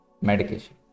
medication